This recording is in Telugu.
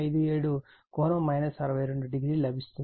57∠ 62o ఆంపియర్ లభిస్తుంది